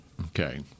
Okay